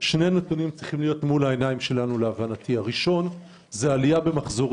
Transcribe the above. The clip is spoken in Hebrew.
שני דברים צריכים להיות מול העיניים שלנו: העלייה במחזורי